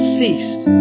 ceased